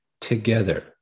together